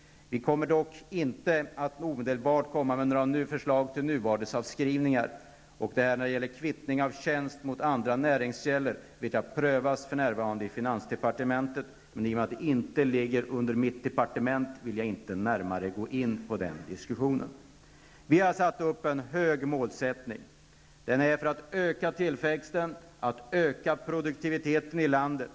Vi kommer dock inte att omedelbart lägga fram några förslag till nyvärdesavskrivningar. Och frågan om kvittning av tjänst mot andra näringskällor prövas för närvarande i finansdepartementet. Men i och med att detta inte ligger under mitt departement, vill jag inte närmare gå in på denna diskussion. Vi har satt upp en hög målsättning för att öka tillväxten och för att öka produktiviteten i landet.